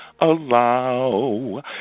allow